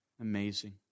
amazing